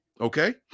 Okay